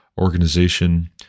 organization